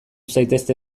zaitezte